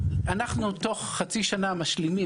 אנחנו תוך חצי שנה משלימים.